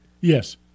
Yes